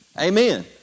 Amen